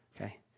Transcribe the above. Okay